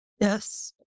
Yes